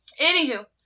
Anywho